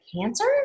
cancer